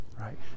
right